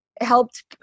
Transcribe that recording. helped